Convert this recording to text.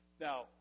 Now